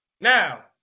Now